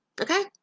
Okay